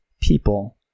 people